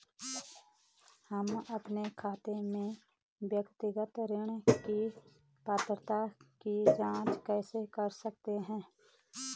हम अपने खाते में व्यक्तिगत ऋण की पात्रता की जांच कैसे कर सकते हैं?